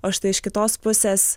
o štai iš kitos pusės